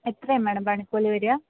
എത്രയാണ് മാഡം പണിക്കൂലി വരിക